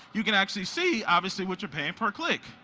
you can actually see, obviously, what you're paying per click.